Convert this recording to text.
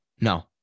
No